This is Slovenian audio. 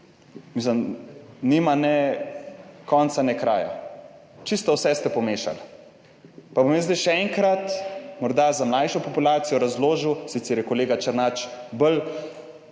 mislim nima ne konca ne kraj, čisto vse ste pomešali. Pa bom jaz zdaj še enkrat morda za mlajšo populacijo razložil. Sicer je kolega Černač bolj